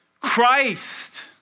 Christ